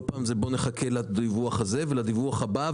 כל פעם זה בוא נחכה לדיווח הזה ולדיווח הבא,